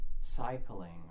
cycling